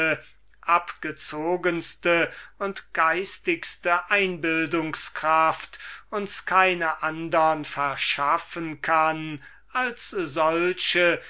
abgezogenste und geistigste einbildungskraft uns keine andre verschaffen kann als solche